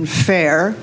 and fair